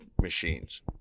machines